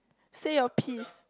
say your peace